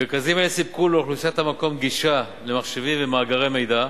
מרכזים אלה סיפקו לאוכלוסיית המקום גישה למחשבים ומאגרי מידע,